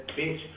bitch